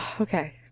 Okay